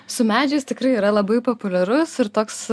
su medžiais tikrai yra labai populiarus ir toks